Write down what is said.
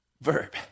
verb